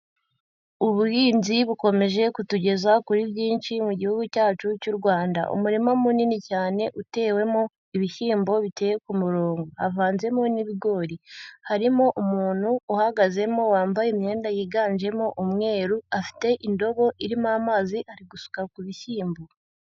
Ubuhinzi bukomeje kutugeza kuri byinshi mu gihugu cyacu cy'u Rwanda, umurima munini cyane utewemo ibishyimbo biteye ku murongo, havanzemo n'ibigori, harimo umuntu uhagazemo wambaye imyenda yiganjemo umweru, afite indobo irimo amazi ari gusuka ku bishyimbo.